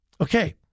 Okay